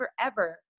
forever